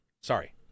Sorry